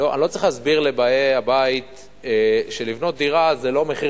אני לא צריך להסביר לבאי הבית שלבנות דירה זה לא מחיר